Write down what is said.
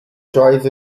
choice